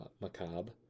Macabre